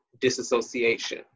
disassociation